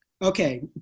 Okay